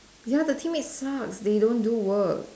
ya the teammate sucks they don't do work